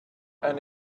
and